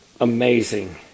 Amazing